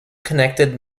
connected